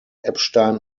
eppstein